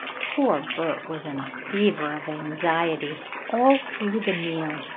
poor bert was in a fever of anxiety all through the meal.